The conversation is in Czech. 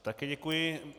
Také děkuji.